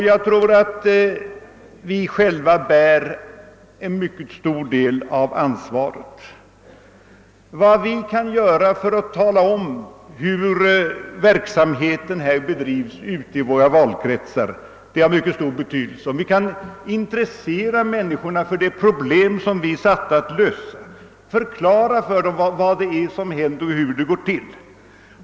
Jag tror att vi själva bär en mycket stor del av ansvaret. Vad vi kan göra för att ute i våra valkretsar tala om hur verksamheten här bedrivs har mycket stor betydelse. Det är också av stor betydelse, om vi kan intressera människorna för de problem vi är satta att lösa, förklara för dem vad det är som händer och hur det går till.